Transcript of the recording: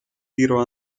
tiro